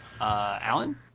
Alan